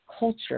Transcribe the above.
Culture